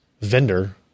vendor